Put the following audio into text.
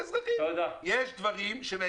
כלי טיס זר לא יכול